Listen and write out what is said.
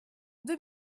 deux